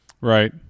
Right